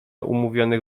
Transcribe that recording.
umówionych